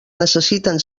necessiten